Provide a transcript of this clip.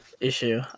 issue